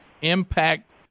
impact